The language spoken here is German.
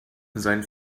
sein